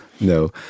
no